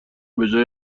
بجای